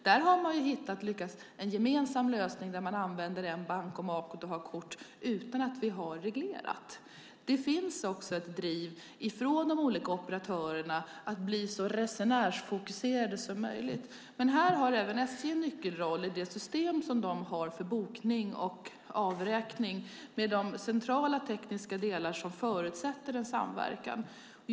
Där har man lyckats hitta en gemensam lösning, där man använder samma bankomat och har kort utan att vi har reglerat det. Det finns också ett driv från de olika operatörerna att bli så resenärsfokuserade som möjligt. Men här har även SJ en nyckelroll i det system som de har för bokning och avräkning med de centrala tekniska delar som förutsätter samverkan.